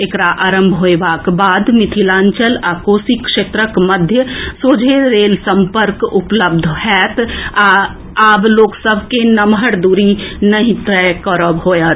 एकरा आरंभ होयबाक बाद मिथिलांचल आ कोसी क्षेत्रक मध्य सीधा रेल सम्पर्क उपलब्ध होयत आ आब लोक सभ के नम्हर दूरी नहि तय करब होयत